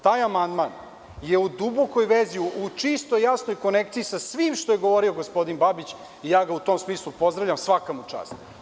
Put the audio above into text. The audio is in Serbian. Taj amandman je u dubokoj vezi, u čistoj i jasnoj konekciji sa svim što je govorio gospodin Babić i u tom smislu ga pozdravljam, svaka mu čast.